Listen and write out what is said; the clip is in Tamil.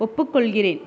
ஒப்புக்கொள்கிறேன்